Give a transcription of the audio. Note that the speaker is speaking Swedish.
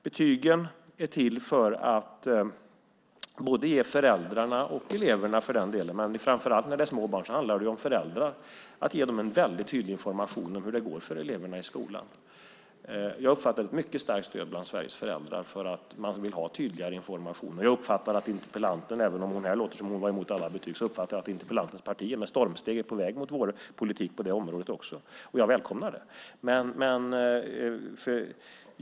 Betygen är till för att ge både föräldrarna och eleverna - framför allt när det är fråga om små barn handlar det om föräldrar - en väldigt tydlig information om hur det går för eleven i skolan. Jag uppfattar ett mycket starkt stöd bland Sveriges föräldrar för en tydligare information. Och jag uppfattar att interpellantens parti - även om det här låter som att interpellanten är mot alla betyg - med stormsteg är på väg mot vår politik också på det området. Jag välkomnar det.